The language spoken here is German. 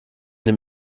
dem